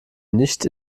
nicht